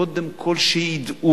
קודם כול שידעו.